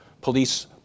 police